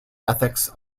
ethics